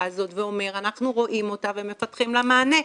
הזאת והוא אומר שאנחנו רואים אותה ומפתחים לה מענה.